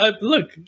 Look